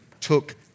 took